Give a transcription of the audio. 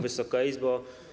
Wysoka Izbo!